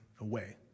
away